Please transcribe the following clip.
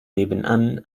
nebenan